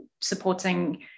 supporting